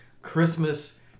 Christmas